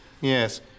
yes